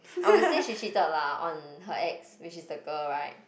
I would say she cheated lah on her ex which is the girl right